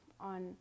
on